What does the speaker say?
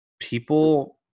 people